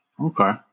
Okay